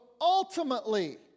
ultimately